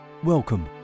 Welcome